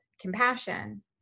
compassion